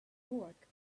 york